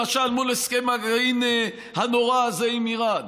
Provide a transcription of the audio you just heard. למשל מול הסכם הגרעין הנורא הזה עם איראן.